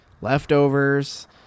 Leftovers